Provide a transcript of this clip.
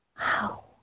Wow